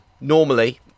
normally